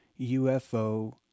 UFO